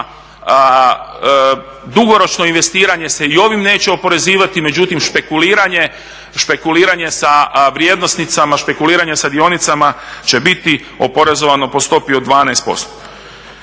dugoročno investiranje se i ovim neće oporezivati, međutim špekuliranje sa vrijednosnicama, špekuliranje sa dionicama će biti oporezovano po stopi od 12%.